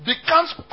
Becomes